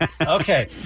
Okay